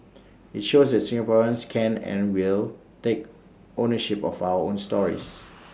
IT shows that Singaporeans can and will take ownership of our own stories